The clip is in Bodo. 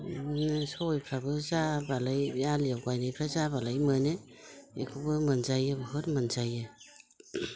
सबाइफ्राबो जाबालाय आलिआव गायनायफ्राबो जाबालाय मोनो एखौबो मोनजायो बहुद मोनजायो